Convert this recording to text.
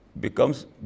Becomes